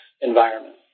environment